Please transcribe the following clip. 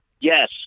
Yes